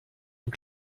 und